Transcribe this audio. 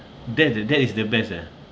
that the that is the best ah